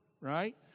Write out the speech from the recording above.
Right